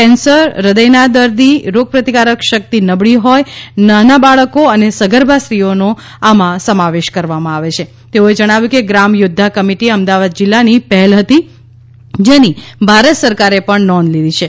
cancer heart immune system નબળી હોય નાના બાળકો અને સગર્ભા સ્ત્રીઓનો નો આમાં સમાવેશ કરવામાં આવે છે તેઓએ જણાવ્યું કે ગ્રામથોદ્વા કમિટી અમદાવાદ જિલ્લાની પહેલ હતી જેની ભારત સરકારે પણ નોંધ લીધી છે